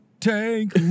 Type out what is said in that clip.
tank